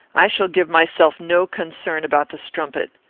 i shall give myself no concern about the strumpet.